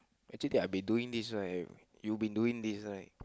actually I've been doing this right you've been doing this right